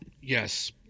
Yes